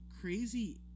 crazy